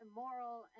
moral